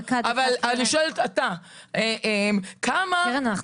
אבל אני שואלת, אתה, כמה -- קרן אנחנו לא נספיק.